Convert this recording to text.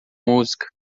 música